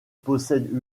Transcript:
possède